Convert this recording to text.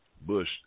Bush